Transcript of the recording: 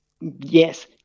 Yes